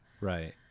Right